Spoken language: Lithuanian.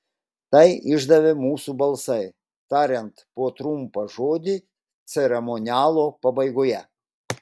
tai išdavė mūsų balsai tariant po trumpą žodį ceremonialo pabaigoje